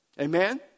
Amen